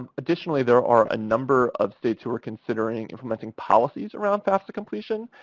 ah additionally, there are a number of states who are considering implementing policies around fafsa completion.